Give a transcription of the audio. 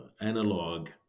analog